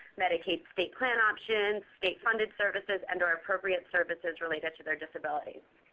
medicaid state plan options, state-funded services, and or appropriate services related to their disability.